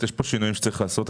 יש כאן שינויים שצריך לעשות.